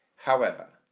however,